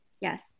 Yes